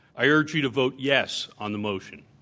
i urge you to vote, yes, on the motion.